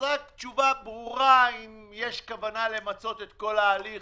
תשובה ברורה האם יש כוונה למצות את כל ההליך